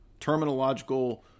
terminological